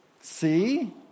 See